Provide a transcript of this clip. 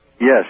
Yes